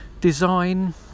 design